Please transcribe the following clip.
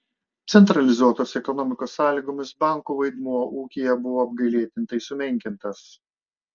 centralizuotos ekonomikos sąlygomis bankų vaidmuo ūkyje buvo apgailėtinai sumenkintas